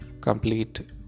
complete